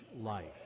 life